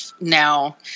now